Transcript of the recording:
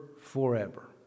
forever